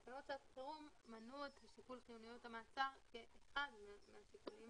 תקנות צו חירום מנעו את שיקול חיוניות המעצר כחלק ממכלול השיקולים